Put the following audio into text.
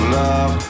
love